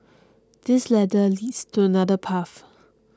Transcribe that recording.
this ladder leads to another path